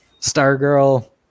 Stargirl